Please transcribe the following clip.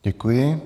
Děkuji.